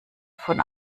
von